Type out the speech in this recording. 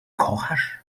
kochasz